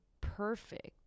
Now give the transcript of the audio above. Perfect